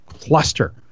cluster